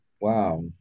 Wow